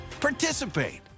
Participate